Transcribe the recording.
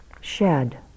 shed